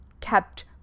kept